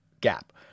gap